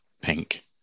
pink